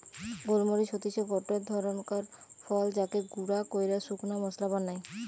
গোল মরিচ হতিছে গটে ধরণকার ফল যাকে গুঁড়া কইরে শুকনা মশলা বানায়